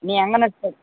நீ எங்கேன்னு